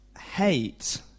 Hate